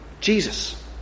Jesus